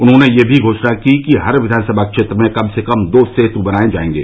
उन्होने यह भी घोषणा की कि हर विधानसभा क्षेत्र में कम से कम दो सेतु बनाये जायेंगे